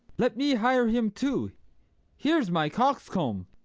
let me hire him too here's my coxcomb.